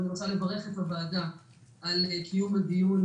אני רוצה לברך את הוועדה על קיום הדיון